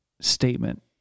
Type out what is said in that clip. statement